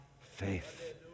faith